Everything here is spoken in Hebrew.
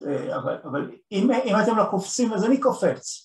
אבל אם אתם לקופסים אז אני קופץ